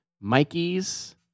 Mikey's